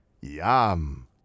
Yum